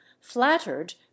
flattered